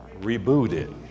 rebooted